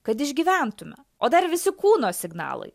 kad išgyventume o dar visi kūno signalai